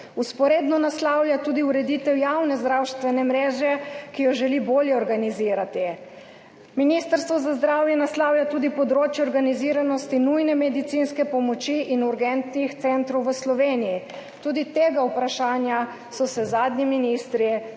Vzporedno naslavlja tudi ureditev javne zdravstvene mreže, ki jo želi bolje organizirati. Ministrstvo za zdravje naslavlja tudi področje organiziranosti nujne medicinske pomoči in urgentnih centrov v Sloveniji. Tudi tega vprašanja so se zadnji ministri